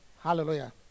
Hallelujah